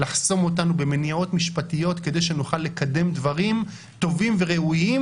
לחסום אותנו במניעות משפטיות מלקדם דברים טובים וראויים